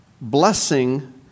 blessing